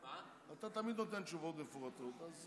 אתה תמיד נותן תשובות מפורטות, אז